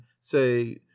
say